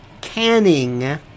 Canning